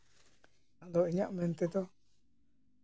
ᱟᱫᱚ ᱤᱧᱟᱹᱜ ᱢᱮᱱ ᱛᱮᱫᱚ